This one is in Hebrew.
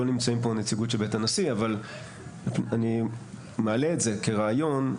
לא נמצאים פה הנציגות של בית הנשיא אבל אני מעלה את זה כרעיון.